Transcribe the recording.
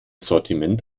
sortiment